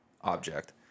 object